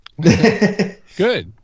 Good